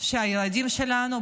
שהילדים שלנו,